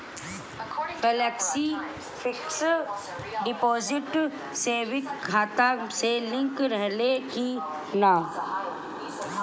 Flexi fix deposit saving खाता से link रहले कि ना?